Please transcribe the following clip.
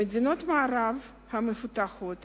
במדינות המערב המפותחות,